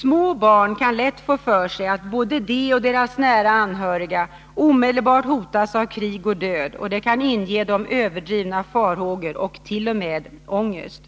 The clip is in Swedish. Små barn kan lätt få för sig att både de och deras nära anhöriga omedelbart hotas av krig och död, och det kan inge dem överdrivna farhågor och t.o.m. ångest.